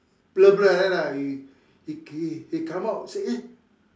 blur blur like that lah he he come out say eh